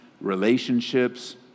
relationships